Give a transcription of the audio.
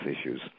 issues